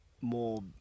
more